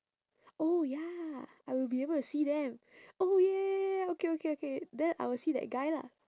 oh ya I will be able to see them oh ya ya ya ya ya okay okay okay then I will see that guy lah